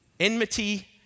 enmity